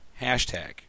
hashtag